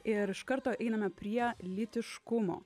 ir iš karto einame prie lytiškumo